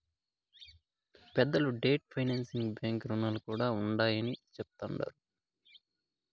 పెద్దలు debt financing బాంకీ రుణాలు కూడా ఉండాయని చెప్తండారు